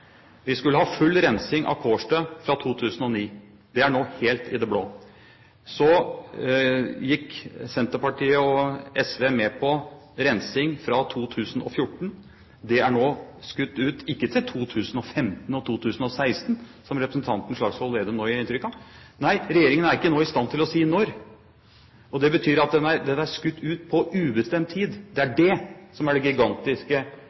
Vi skulle ha full rensing på Kårstø fra 2009. Det er nå helt i det blå. Så gikk Senterpartiet og SV med på rensing fra 2014. Det er nå skutt ut, ikke til 2015 og 2016 – som representanten Slagsvold Vedum gir inntrykk av. Nei, regjeringen er nå ikke i stand til å si når. Det betyr at det er skutt ut på ubestemt tid. Det er det som er det gigantiske